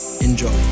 Enjoy